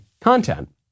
content